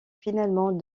finalement